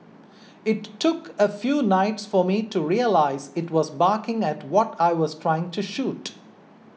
it took a few nights for me to realise it was barking at what I was trying to shoot